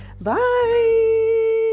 Bye